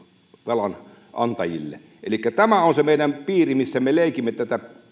velanantajille tämä on se meidän piirimme missä me leikimme tätä